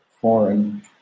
foreign